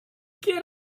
get